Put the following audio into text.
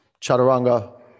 chaturanga